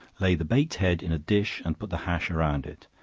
lay the baked head in a dish and put the hash around it,